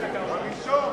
זה הדבר הראשון.